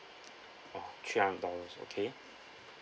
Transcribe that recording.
oh three hundred dollars okay